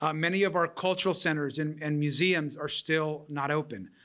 ah many of our cultural centers and and museums are still not open,